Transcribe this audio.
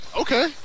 okay